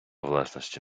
власності